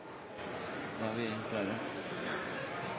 da er